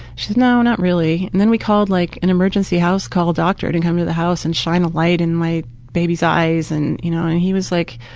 she said, no, not really. then we called like an emergency house call doctor to come to the house and shine a light in my baby's eyes and you know and he was like,